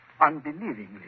unbelievingly